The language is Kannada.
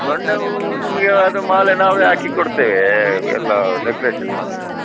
ಗೊಂಡೆ ಹೂ ನಿಮಗೆ ಅದು ಮಾಲೆ ನಾವೇ ಹಾಕಿ ಕೊಡ್ತೇವೆ ಎಲ್ಲ ಡೆಕೊರೇಷನ್ ಮಾಡ್ತೇವೆ